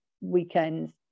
weekends